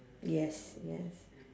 yes yes